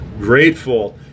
grateful